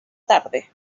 tarde